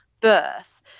birth